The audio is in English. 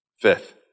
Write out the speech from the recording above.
Fifth